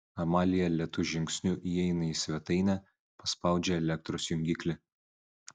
amalija lėtu žingsniu įeina į svetainę paspaudžia elektros jungiklį